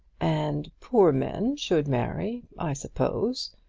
and poor men should marry, i suppose,